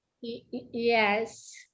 Yes